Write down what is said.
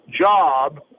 job